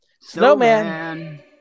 Snowman